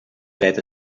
dreta